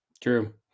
true